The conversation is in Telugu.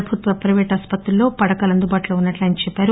ప్రభుత్వ ప్రయిపేటు ఆస్పత్రులలో పడకలు అందుబాటులో ఉన్సట్టు ఆయన చెప్పారు